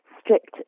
strict